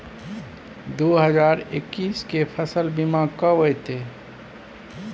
दु हजार एक्कीस के फसल बीमा कब अयतै?